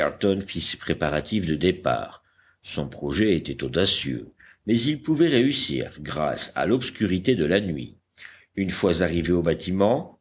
ses préparatifs de départ son projet était audacieux mais il pouvait réussir grâce à l'obscurité de la nuit une fois arrivé au bâtiment